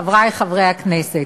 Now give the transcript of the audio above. חברי חברי הכנסת,